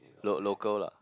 lo~ local lah